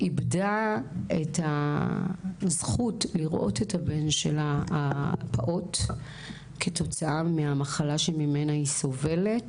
איבדה את הזכות לראות את הבן שלה הפעוט כתוצאה מהמחלה שממנה היא סובלת,